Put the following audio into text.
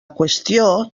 qüestió